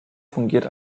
fungiert